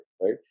right